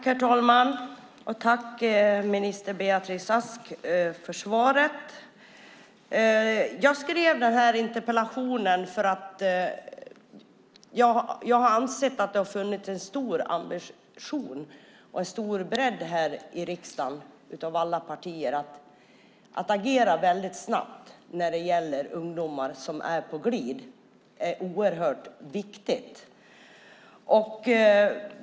Herr talman! Jag tackar minister Beatrice Ask för svaret. Jag skrev interpellationen för att jag har ansett att det har funnits en stor ambition och en stor bredd här i riksdagen med alla partier när det gäller att agera väldigt snabbt för ungdomar som är på glid. Det är oerhört viktigt.